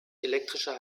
elektrischer